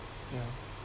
yeah